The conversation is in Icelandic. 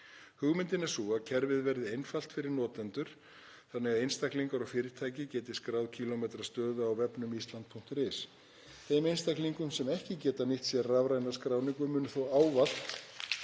Hugmyndin er sú að kerfið verði einfalt fyrir notendur þannig að einstaklingar og fyrirtæki geti skráð kílómetrastöðu á vefnum Ísland.is. Þeir einstaklingar sem ekki geta nýtt sér rafræna skráningu munu þó ávallt